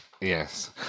yes